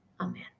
amen